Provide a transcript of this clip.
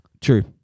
True